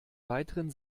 weiteren